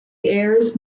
heirs